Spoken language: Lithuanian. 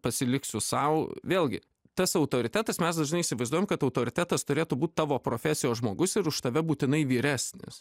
pasiliksiu sau vėlgi tas autoritetas mes dažnai įsivaizduojam kad autoritetas turėtų būt tavo profesijos žmogus ir už tave būtinai vyresnis